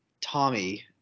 Tommy